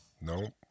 Nope